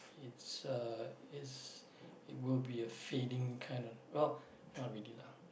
it's uh it's it will be a fading kind of well not really lah